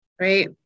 right